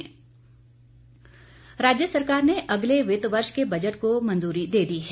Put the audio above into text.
cabinet राज्य सरकार ने अगले वित्त वर्ष के बजट को मंजूरी दे दी है